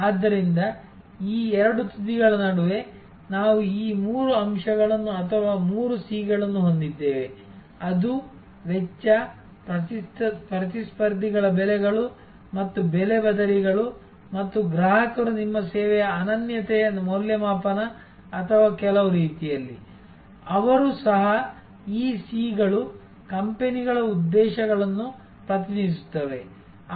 ಆದ್ದರಿಂದ ಈ ಎರಡು ತುದಿಗಳ ನಡುವೆ ನಾವು ಈ ಮೂರು ಅಂಶಗಳನ್ನು ಅಥವಾ ಮೂರು ಸಿಗಳನ್ನು ಹೊಂದಿದ್ದೇವೆ ಅದು ವೆಚ್ಚ ಪ್ರತಿಸ್ಪರ್ಧಿಗಳ ಬೆಲೆಗಳು ಮತ್ತು ಬೆಲೆ ಬದಲಿಗಳು ಮತ್ತು ಗ್ರಾಹಕರು ನಿಮ್ಮ ಸೇವೆಯ ಅನನ್ಯತೆಯ ಮೌಲ್ಯಮಾಪನ ಅಥವಾ ಕೆಲವು ರೀತಿಯಲ್ಲಿ ಅವರು ಸಹ ಈ ಸಿಗಳು ಕಂಪೆನಿಗಳ ಉದ್ದೇಶಗಳನ್ನು ಪ್ರತಿನಿಧಿಸುತ್ತವೆ